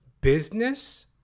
business